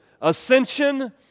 Ascension